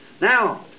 Now